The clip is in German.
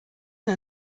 der